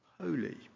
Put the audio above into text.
holy